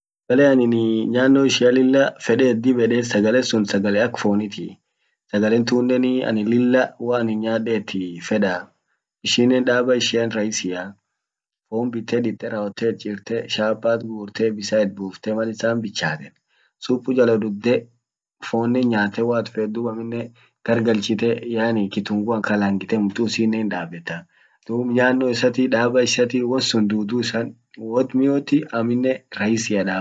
Bere annini nyano ishia lilla fedet dib yede sagale sun sagale ak fonitii. sagalen tunenii lilla woanin nyaadet feeda ishinen daaba ishian rahisia wom bitte ditte rawotet chifte shapat guurte bisan it buufte mal isan bichaatan supu jala dudde fonen nyaate woat fet dum aminen gar galchite yani kitunguan kalangite mutusinen hindabeta duub nyano isati daaba isati won sun tuutu isa wot mioti aminen rahisia.